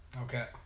Okay